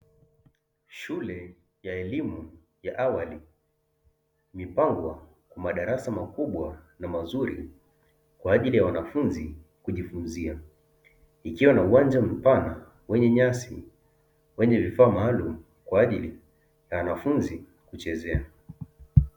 Shule ya elimu ya awali imepangwa kwa madarasa makubwa na mazuri kwa ajili ya wanafunzi kujifunzia. Ikiwa na uwanja mpana wenye nyasi, wenye vifaa maalumu kwa ajili ya wanafunzi kuchezea.